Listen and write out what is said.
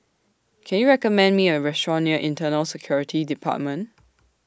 Can YOU recommend Me A Restaurant near Internal Security department